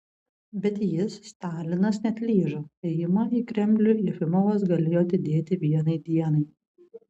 bet jis stalinas neatlyžo ėjimą į kremlių jefimovas galėjo atidėti vienai dienai